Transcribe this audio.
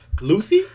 Lucy